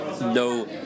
No